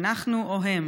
אנחנו או הם,